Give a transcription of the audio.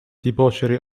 debauchery